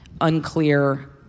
unclear